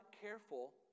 careful